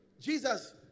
Jesus